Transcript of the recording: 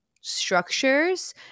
structures